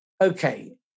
Okay